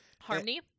Harmony